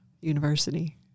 university